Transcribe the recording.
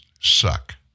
suck